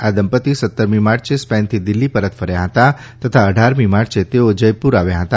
આ દંપત્તિ સત્તરમી માર્ચે સ્પેનથી દિલ્ફી પરત ફર્યા હતા તથા અઢારમી માર્ચે તેઓ જયપુર આવ્યા હતા